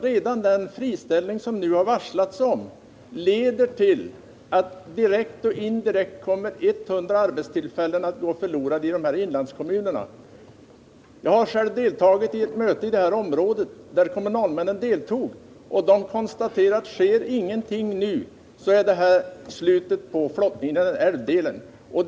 Redan den friställning som nu har varslats leder till att direkt och indirekt kommer 100 arbetstillfällen att gå förlorade i inlandskommunerna. Jag har själv deltagit i ett möte i detta område där kommunalmännen deltog. De konstaterade att om ingenting nu sker, är detta slutet på flottningen i denna älvdel.